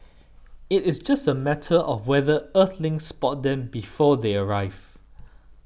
it is just a matter of whether Earthlings spot them before they arrive